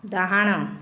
ଡାହାଣ